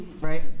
right